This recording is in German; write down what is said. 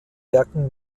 werken